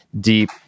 deep